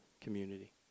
community